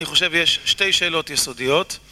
אני חושב יש שתי שאלות יסודיות